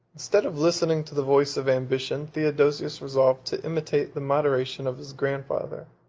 instead of listening to the voice of ambition, theodosius resolved to imitate the moderation of his grandfather,